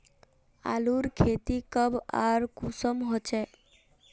आलूर खेती कब आर कुंसम होचे?